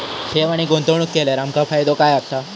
ठेव आणि गुंतवणूक केल्यार आमका फायदो काय आसा?